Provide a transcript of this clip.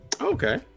Okay